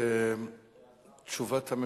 תודה, אדוני.